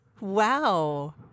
Wow